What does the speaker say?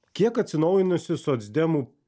kiek atsinaujinusi socdemų